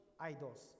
idols